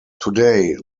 today